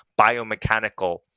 biomechanical